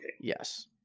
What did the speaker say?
yes